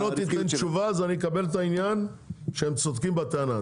אם אתה לא תיתן תשובה אז אני אקבל את העניין שהם צודקים בטענה.